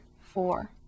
four